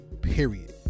period